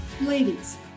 Ladies